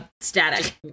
static